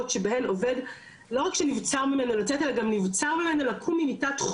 אלא גם נבצר ממנו לקום ממיטת חוליו ולהסדיר את המעמד שלו כי הוא פצוע,